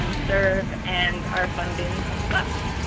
um serve and our funding sucks.